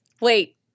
Wait